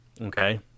okay